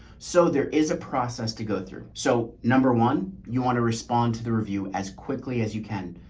so there is a process to go through. so number one, you want to respond to the review as quickly as you can.